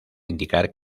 indicar